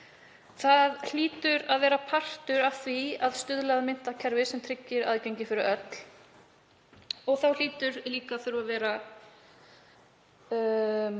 Það hlýtur að vera partur af því að stuðla að menntakerfi sem tryggir aðgengi fyrir öll. Það hlýtur að fela